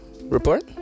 report